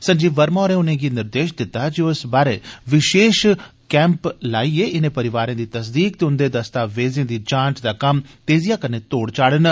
संजीव वर्मा होरें उर्नेगी निर्देश दिता जे ओ इस बारै विशेष कैम्प लाइयै इनें परिवारें दी तस्दीक ते उन्दे दस्तावेजें दी जांच दा कम्म तेजिया कन्नै तोढ़ चाढ़न